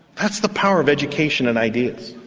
that's the power of education and ideas.